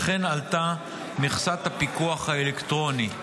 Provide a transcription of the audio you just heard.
וכן עלתה מכסת הפיקוח האלקטרוני.